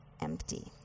empty